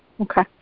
Okay